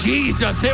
Jesus